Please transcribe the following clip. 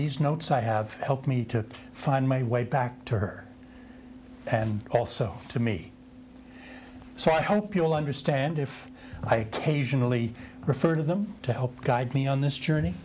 these notes i have helped me to find my way back to her and also to me so i hope you will understand if i only refer to them to help guide me on this journey